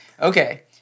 Okay